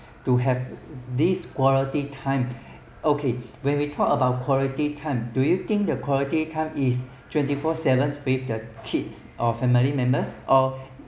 to have these quality time okay when we talk about quality time do you think the quality time is twenty four seven with the kids or family members or